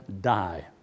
die